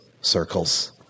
circles